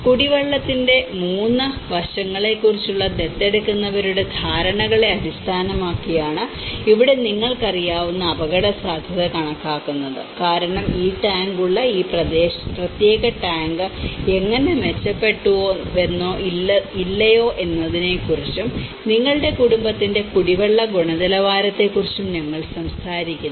കുടിവെള്ളത്തിന്റെ 3 വശങ്ങളെക്കുറിച്ചുള്ള ദത്തെടുക്കുന്നവരുടെ ധാരണകളെ അടിസ്ഥാനമാക്കിയാണ് ഇവിടെ നിങ്ങൾക്ക് അറിയാവുന്ന അപകടസാധ്യത കണക്കാക്കുന്നത് കാരണം ഈ ടാങ്ക് ഉള്ള ഈ പ്രത്യേക ടാങ്ക് എങ്ങനെ മെച്ചപ്പെട്ടുവെന്നോ ഇല്ലയോ എന്നതിനെക്കുറിച്ചും നിങ്ങളുടെ കുടുംബത്തിന്റെ കുടിവെള്ള ഗുണനിലവാരത്തെക്കുറിച്ചും ഞങ്ങൾ സംസാരിക്കുന്നു